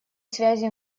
связи